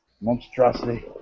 monstrosity